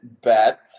bet